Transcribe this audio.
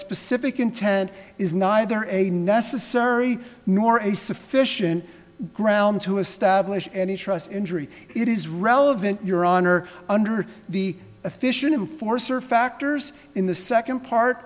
specific intent is neither a necessary nor a sufficient ground to establish any trust injury it is relevant your honor under the efficient in force are factors in the second part